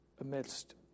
amidst